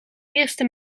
eerste